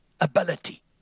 ability